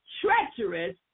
treacherous